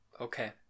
okay